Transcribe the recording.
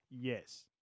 Yes